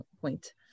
point